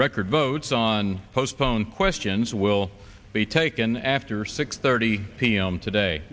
record votes on postpone questions will be taken after six thirty p m today